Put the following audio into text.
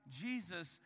Jesus